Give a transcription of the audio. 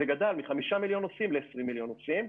זה גדל מחמישה מיליון נוסעים ל-20 מיליון נוסעים.